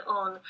on